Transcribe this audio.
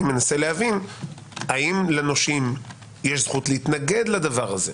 אני מנסה להבין האם לנושים יש זכות להתנגד לדבר הזה.